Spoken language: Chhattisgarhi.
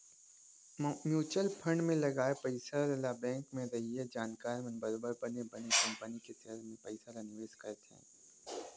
म्युचुअल फंड म लगाए पइसा ल बेंक म रहइया जानकार मन बरोबर बने बने कंपनी के सेयर म पइसा ल निवेश करथे